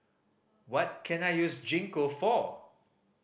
what can I use Gingko for